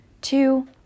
two